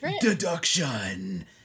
deduction